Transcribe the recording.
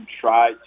try